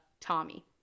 Tommy